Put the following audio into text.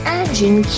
engine